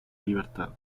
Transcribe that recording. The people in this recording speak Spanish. libertad